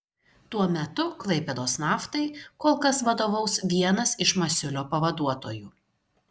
tuo metu klaipėdos naftai kol kas vadovaus vienas iš masiulio pavaduotojų